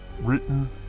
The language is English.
Written